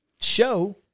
show